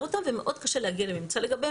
אותן וקשה מאוד להגיע לממצא לגביהן,